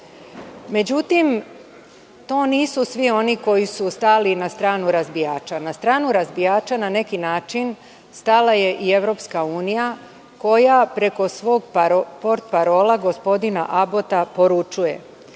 zakona.Međutim, to nisu svi oni koji stali na stranu razbijača. Na stranu razbijača, na neki način, stala je i EU koja preko svog potparola, gospodina Abota poručuje,